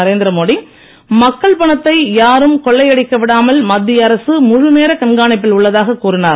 நரேந்திரமோடி மக்கள் பணத்தை யாரும் கொள்ளையடிக்க விடாமல் மத்திய அரசு முழுநேர கண்காணிப்பில் உள்ளதாக கூறினார்